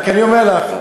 רק אני אומר לך,